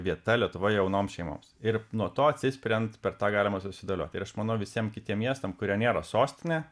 vieta lietuvoje jaunoms šeimoms ir nuo to atsispiriant per tą galima susidėlioti ir aš manau visiem kitiem miestam kurie nėra sostinė